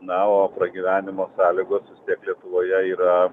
na o pragyvenimo sąlygos vis tiek lietuvoje yra